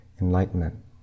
enlightenment